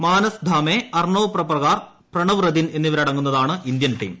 മാനസ് ധാമേ അർണവ് പപ്രകാർ പ്രണവ് റെതിൻ എന്നിവരടങ്ങുന്നതാണ് Indian team